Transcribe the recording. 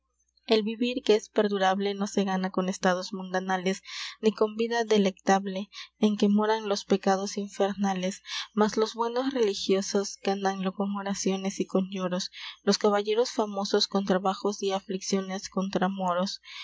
el biuir que es perdurable no se gana con estados mundanales ni con vida delectable en que moran los pecados infernales mas los buenos religiosos gananlo con oraiones y con lloros los caualleros famosos con trabajos y aflicciones contra moros